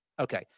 Okay